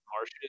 marshes